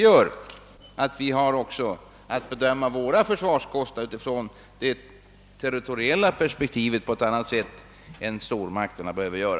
När vi bedömer våra försvarskostnader måste vi därför se frågan i ett territoriellt perspektiv på ett helt annat sätt än vad vissa stormakter behöver göra.